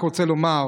אני רק רוצה לומר,